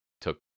took